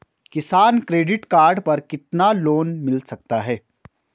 किसान credit card पर कितना लोंन मिल सकता है?